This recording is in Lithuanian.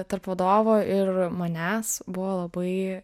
tarp vadovo ir manęs buvo labai